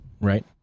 Right